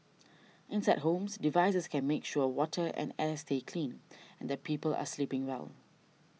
inside homes devices can make sure water and air stay clean and that people are sleeping well